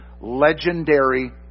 legendary